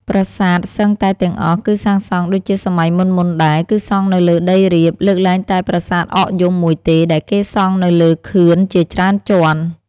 ប្រាសាទសឹងតែទាំងអស់ គឺសាងសង់ដូចជាសម័យមុនៗដែរ គឺសង់នៅលើដីរាប លើកលែងតែប្រាសាទអកយំមួយទេ ដែលគេសង់នៅលើខឿនជាច្រើនជាន់។